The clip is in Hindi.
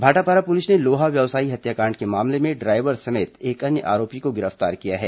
भाटापारा पुलिस ने लोहा व्यवसायी हत्याकांड के मामले में ड्रायवर समेत एक अन्य आरोपी को गिरफ्तार किया है